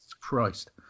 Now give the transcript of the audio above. Christ